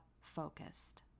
focused